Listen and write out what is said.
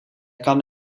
kan